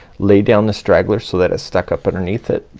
lay down the straggler so that has stuck up underneath it,